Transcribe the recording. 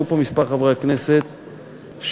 היו פה כמה חברי כנסת שאמרו,